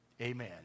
Amen